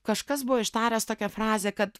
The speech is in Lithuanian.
kažkas buvo ištaręs tokią frazę kad